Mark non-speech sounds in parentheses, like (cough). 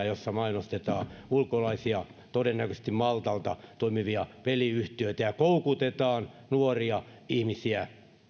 (unintelligible) joissa mainostetaan ulkolaisia todennäköisesti maltalla toimivia peliyhtiöitä ja niillä koukutetaan nuoria ihmisiä